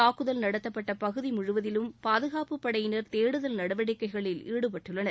தாக்குதல் நடத்தப்பட்ட பகுதி முழுவதிலும் பாதுகாப்பு படையினர் தேடுதல் நடவடிக்கைகளில் ஈடுபட்டுள்ளனர்